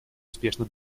успешно